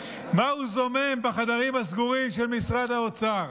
מה הוא זומם בחדרים הסגורים של משרד האוצר?